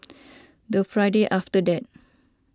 the Friday after that